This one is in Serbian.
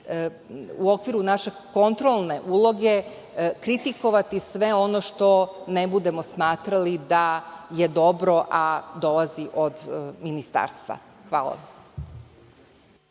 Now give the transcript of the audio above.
u okviru naše kontrolne uloge kritikovati sve ono što ne budemo smatrali da je dobro, a dolazi od ministarstva. Hvala